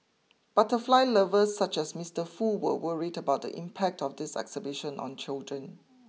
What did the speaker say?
butterfly lovers such as Mister Foo were worried about the impact of this exhibition on children